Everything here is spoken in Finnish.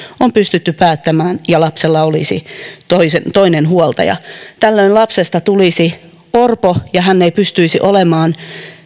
olisi pystytty päättämään ja lapsella olisi toinen huoltaja tällöin lapsesta tulisi orpo ja hän ei pystyisi olemaan